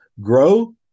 Grow